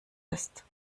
ist